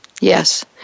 Yes